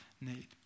need